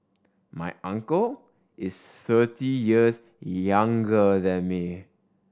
my uncle is thirty years younger than me